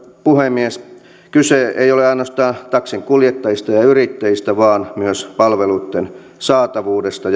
puhemies kyse ei ole ainoastaan taksinkuljettajista ja yrittäjistä vaan myös palveluitten saatavuudesta